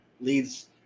leads